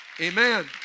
Amen